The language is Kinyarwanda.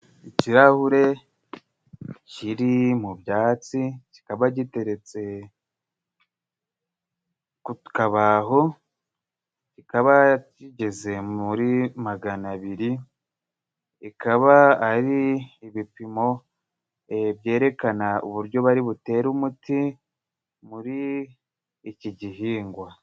Ikirahure kiri mu byatsi, kikaba giteretse ku kabaho, kikaba kigeze muri magana abiri. Bikaba ari ibipimo byerekana uburyo bari butera umuti muri iki gihingwa.